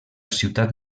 ciutat